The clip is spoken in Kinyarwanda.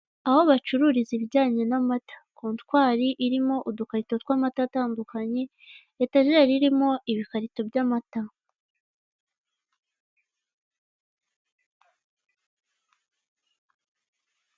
Aho bacururiza ibijyanye n'amata. Kontwari irimo udukarito tw'amata atandukanye, etajeri irimo ibikarito by'amata.